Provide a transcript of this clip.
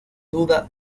duda